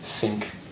sink